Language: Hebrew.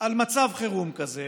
על מצב חירום כזה